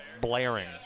blaring